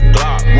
Glock